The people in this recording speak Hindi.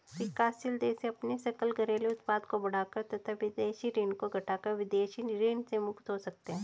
विकासशील देश अपने सकल घरेलू उत्पाद को बढ़ाकर तथा विदेशी ऋण को घटाकर विदेशी ऋण से मुक्त हो सकते हैं